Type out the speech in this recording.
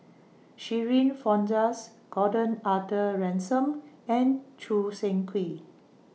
Shirin Fozdar Gordon Arthur Ransome and Choo Seng Quee